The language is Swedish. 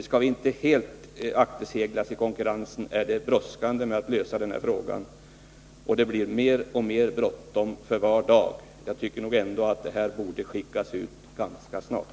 Skall vi inte helt akterseglas i konkurrensen är det brådskande att lösa den här frågan. Det blir mer och mer bråttom för var dag. Jag tycker ändå att det här borde skickas ut ganska snart.